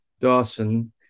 Dawson